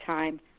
time